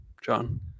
John